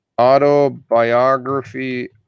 Autobiography